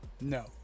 No